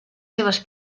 seves